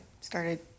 started